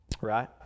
Right